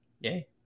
yay